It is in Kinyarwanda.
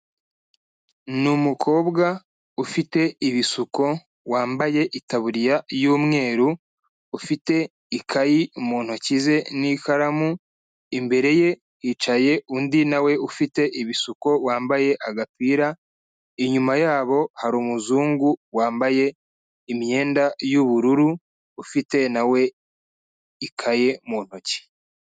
Ni umukobwa ufite ibisuko, wambaye itaburiya y'umweru, ufite ikaye mu ntoki ze n'ikaramu, imbere ye hicaye undi na we ufite ibisuko, wambaye agapira, inyuma yabo, hari umuzungu wambaye imyenda y'ubururu, ufite na we ikaye mu ntoki.